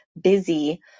busy